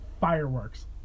fireworks